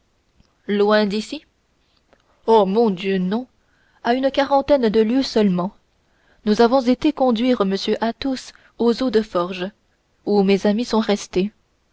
loin d'ici oh mon dieu non à une quarantaine de lieues seulement nous avons été conduire m athos aux eaux de forges où mes amis sont restés